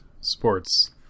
sports